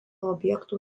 objektų